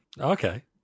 Okay